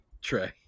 Trey